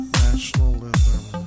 nationalism